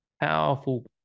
powerful